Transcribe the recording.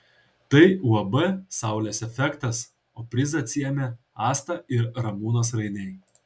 tai uab saulės efektas o prizą atsiėmė asta ir ramūnas rainiai